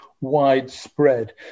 widespread